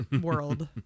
world